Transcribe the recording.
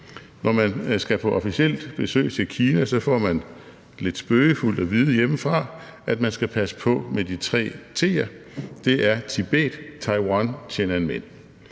Når man skal på officielt besøg til Kina, får man lidt spøgefuldt at vide hjemmefra, at man skal passe på med de tre T'er; det er Tibet, Taiwan, Tiananmen.